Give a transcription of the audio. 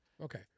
Okay